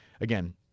again